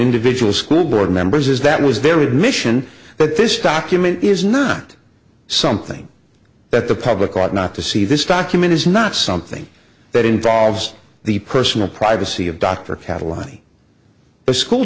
individual school board members as that was very admission but this document is not something that the public ought not to see this document is not something that involves the personal privacy of dr catalyzing the school